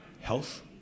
health